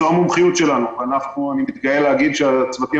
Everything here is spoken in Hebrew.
זו המומחיות שלנו ואני מתגאה להגיד שהצוותים